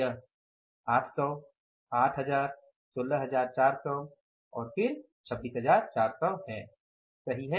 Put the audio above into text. यह 800 8000 16400 और 26400 है सही है